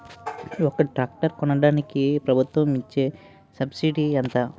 ఒక ట్రాక్టర్ కొనడానికి ప్రభుత్వం ఇచే సబ్సిడీ ఎంత?